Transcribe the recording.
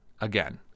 again